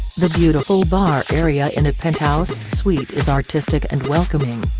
the beautiful bar area in a penthouse suite is artistic and welcoming.